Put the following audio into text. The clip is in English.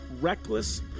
reckless